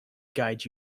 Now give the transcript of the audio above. guide